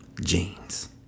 jeans